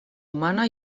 humana